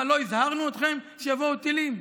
מה, לא הזהרנו אתכם שיבואו טילים?